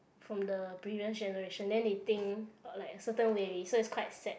from the previous generation then they think like certain way already so it's quite sad